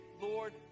lord